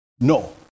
No